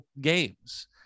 games